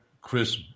Chris